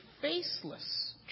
faceless